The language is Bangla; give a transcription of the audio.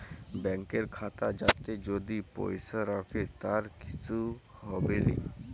ব্যাংকের খাতা যাতে যদি পয়সা রাখে তার কিসু হবেলি